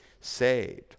saved